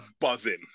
buzzing